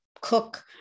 cook